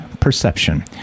perception